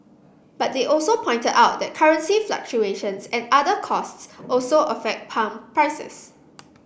but they also pointed out that currency fluctuations and other costs also affect pump prices